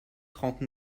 trente